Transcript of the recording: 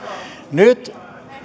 nyt